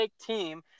team